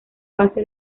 base